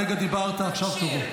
חבר הכנסת ואטורי, מספיק.